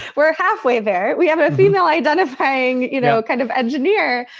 we're halfway there. we have a female identifying you know kind of engineer.